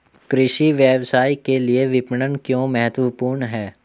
कृषि व्यवसाय के लिए विपणन क्यों महत्वपूर्ण है?